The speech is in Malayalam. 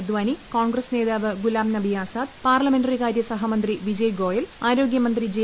അദ്ധാനി കോൺഗ്രസ് നേതാവ് ഗുലാംനബി ആസാദ് പാർലമെന്ററി കാര്യസഹമന്ത്രി വിജയ് ഗോയൽ ആരോഗ്യമന്ത്രി ജെ